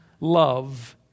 love